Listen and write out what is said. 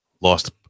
lost